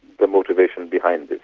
the motivations behind this.